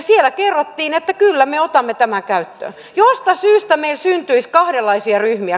siellä kerrottiin että kyllä me otamme tämän käyttöön josta syystä meille syntyisi kahdenlaisia ryhmiä